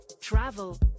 travel